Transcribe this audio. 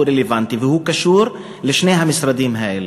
הוא רלוונטי והוא קשור לשני המשרדים האלה.